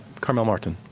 carmel martin.